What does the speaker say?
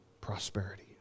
prosperity